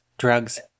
drugs